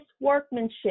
workmanship